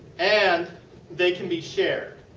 and they can be shared.